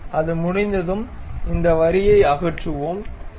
அது முடிந்ததும் இந்த வரியை அகற்றுவோம் சரி